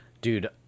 dude